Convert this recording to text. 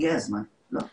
הגיע הזמן לנהוג כך.